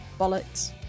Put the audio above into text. bollocks